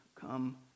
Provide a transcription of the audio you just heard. come